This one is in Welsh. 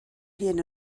hun